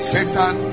Satan